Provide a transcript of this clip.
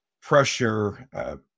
pressure